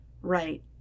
Right